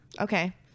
Okay